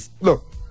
Look